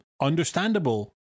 understandable